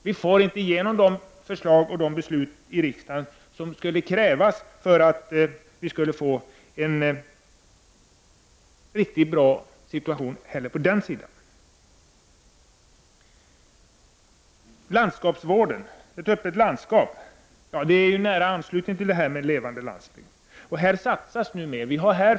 Vi får inte igenom de förslag som skulle behövas för att att skapa en riktigt bra situation i detta avseende. Landskapsvården och ett öppet landskap hänger nära samman med en levande landsbygd. I detta sammanhang görs det numera satsningar.